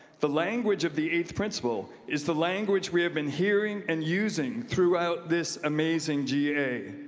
the language of the eighth principle is the language we have been hearing and using throughout this amazing ga.